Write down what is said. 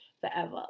forever